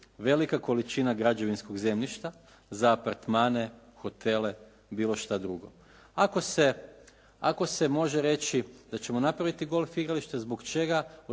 velika količina građevinskog zemljišta za apartmane, hotele, bilo šta drugo. Ako se može reći da ćemo napraviti golf igrališta zbog čega